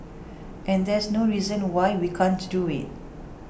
and there's no reason why we can't do it